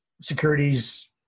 securities